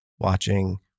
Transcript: watching